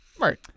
right